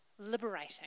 liberating